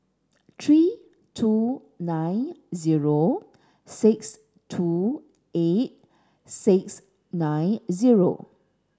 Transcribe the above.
three two nine zero six two eight six nine zero